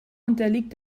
unterliegt